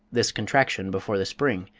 this contraction before the spring,